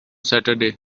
saturday